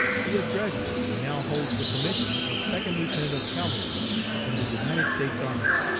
he has graduated, and now holds the commission of second lieutenant of cavalry in the united states army,